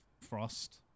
Frost